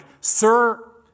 sir